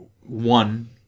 one